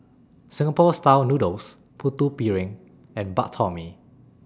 Singapore Style Noodles Putu Piring and Bak Chor Mee